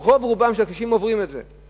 רוב רובם של הקשישים עוברים את זה.